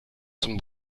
zum